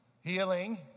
Healing